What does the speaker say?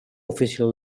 official